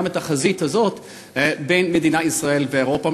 את החזית הזאת בין מדינת ישראל לאירופה.